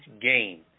game